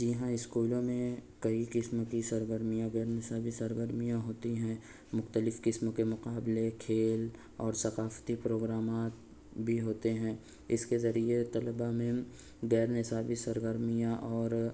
جی ہاں اسکولوں میں کئی قسم کی سرگرمیاں غیر نصابی سرگرمیاں ہوتی ہیں مختلف قسم کے مقابلے کھیل اور ثقافتی پروگرامات بھی ہوتے ہیں اس کے ذریعے طلبا میں غیر نصابی سرگرمیاں اور